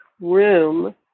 room